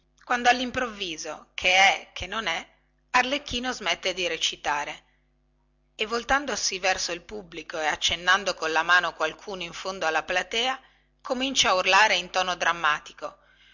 quando allimprovviso che è che non è arlecchino smette di recitare e voltandosi verso il pubblico e accennando colla mano qualcuno in fondo alla platea comincia a urlare in tono drammatico